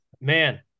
man